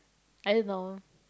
I don't know